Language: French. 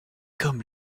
comme